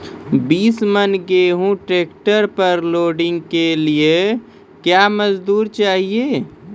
बीस मन गेहूँ ट्रैक्टर पर लोडिंग के लिए क्या मजदूर चाहिए?